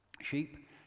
sheep